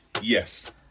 Yes